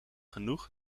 genoeg